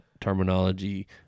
terminology